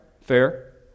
fair